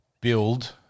build